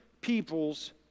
people's